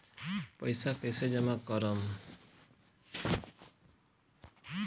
पैसा कईसे जामा करम?